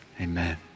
amen